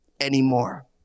anymore